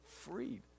freed